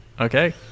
okay